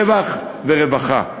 רווח ורווחה.